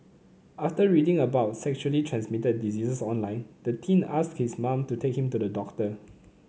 after reading about sexually transmitted diseases online the teen asked his mom to take him to the doctor